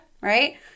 Right